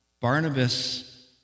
Barnabas